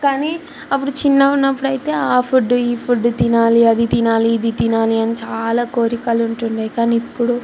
కానీ అప్పుడు చిన్నగున్నప్పుడయితే ఫుడ్డు ఈ ఫుడ్డు తినాలి అది తినాలి ఇది తినాలి అని చాలా కోరికలుంటుండే కానీ ఇప్పుడు